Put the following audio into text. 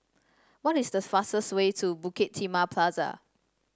what is the fastest way to Bukit Timah Plaza